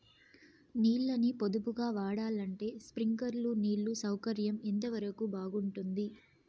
నీళ్ళ ని పొదుపుగా వాడాలంటే స్ప్రింక్లర్లు నీళ్లు సౌకర్యం ఎంతవరకు బాగుంటుంది?